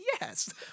Yes